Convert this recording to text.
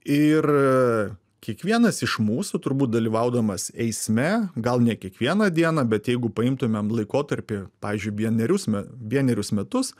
ir kiekvienas iš mūsų turbūt dalyvaudamas eisme gal ne kiekvieną dieną bet jeigu paimtumėm laikotarpį pavyzdžiui vienerius me vienerius metus